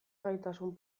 gaitasun